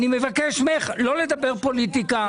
אני מבקש ממך לא לדבר פוליטיקה.